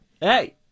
hey